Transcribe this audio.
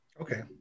Okay